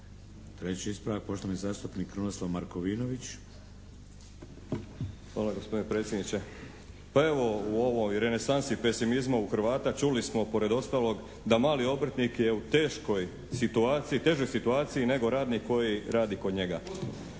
Treći ispravak poštovani zastupnik Krunoslav Markovinović. **Markovinović, Krunoslav (HDZ)** Hvala, gospodine predsjedniče. Pa evo, u ovoj renesansi pesimizma u Hrvata čuli smo pored ostalog da mali obrtnik je u težoj situaciji nego radnik koji radi kod njega.